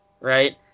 right